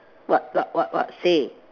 what what what what say